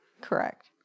Correct